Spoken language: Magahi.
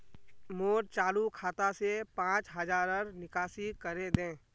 मोर चालु खाता से पांच हज़ारर निकासी करे दे